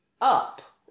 up